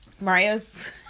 Mario's